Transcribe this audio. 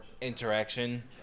interaction